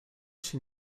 się